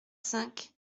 cinq